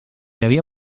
havia